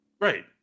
Right